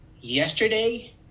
yesterday